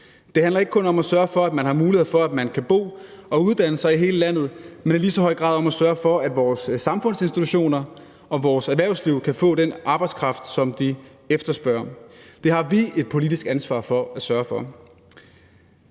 Det handler ikke kun om at sørge for, at man har mulighed for at kunne bo og uddanne sig i hele landet, men i lige så høj grad om at sørge for, at vores samfundsinstitutioner og vores erhvervsliv kan få den arbejdskraft, som de efterspørger. Det har vi et politisk ansvar for at sørge for.